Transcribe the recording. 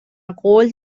قول